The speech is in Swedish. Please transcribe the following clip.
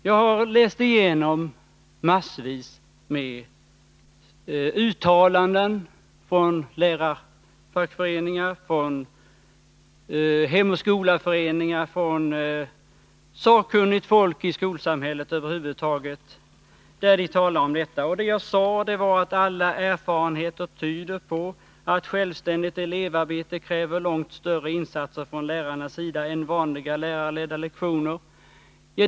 Jag har läst igenom massvis med uttalanden från lärarfackföreningar, från Hemoch skola-föreningar, från sakkunnigt folk i skolsamhället över huvud taget, där man talar om detta. Och vad jag sade var att alla erfarenheter tyder på att självständigt elevarbete kräver långt större insatser från lärarnas sida än vanliga lärarledda lektioner.